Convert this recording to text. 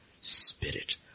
Spirit